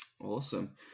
Awesome